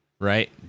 right